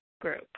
group